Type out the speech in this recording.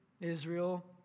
Israel